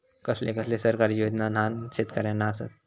कसले कसले सरकारी योजना न्हान शेतकऱ्यांना आसत?